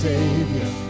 Savior